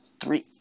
three